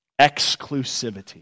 exclusivity